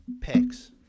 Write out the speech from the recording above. picks